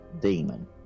Demon